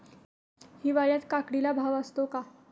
हिवाळ्यात काकडीला भाव असतो का?